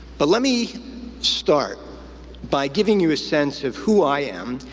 but let me start by giving you a sense of who i am,